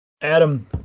Adam